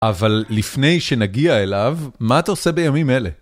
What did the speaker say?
אבל לפני שנגיע אליו, מה אתה עושה בימים אלה?